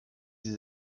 sie